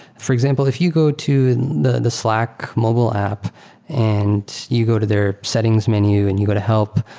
for example, if you go to the the slack mobile app and you go to their settings menu and you go to help,